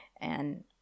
and-